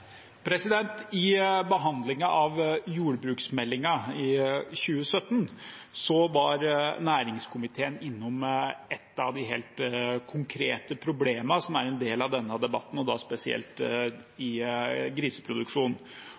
I behandlingen av jordbruksmeldingen i 2017 var næringskomiteen innom et av de helt konkrete problemene som er en del av denne debatten, spesielt i griseproduksjonen.